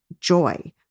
joy